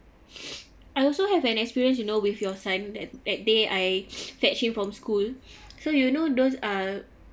I also have an experience you know with your son and that day I fetch him from school so you know those uh